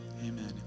amen